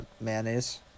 mayonnaise